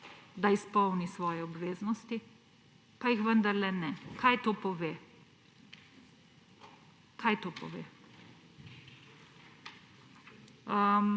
da izpolni svoje obveznosti; pa jih vendarle ne. Kaj to pove? Kaj to pove?